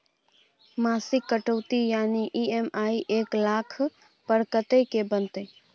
मासिक कटौती यानी ई.एम.आई एक लाख पर कत्ते के बनते?